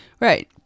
right